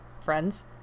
Friends